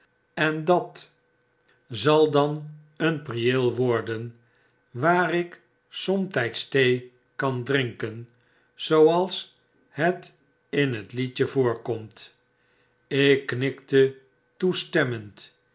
leiden dat zal dan een prieel worden waar ik somtijds thee kan d'rinken zooals het in het liedje voorkomt ik knikte toestemmend